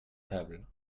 table